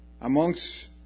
amongst